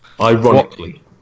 Ironically